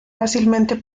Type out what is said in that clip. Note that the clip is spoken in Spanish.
fácilmente